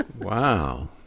Wow